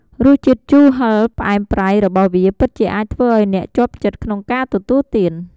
រសជាតិជូរ ហឹរ ផ្អែម ប្រៃ របស់វាពិតជាអាចធ្វើឱ្យអ្នកជាប់ចិត្តក្នុងការទទួលទាន។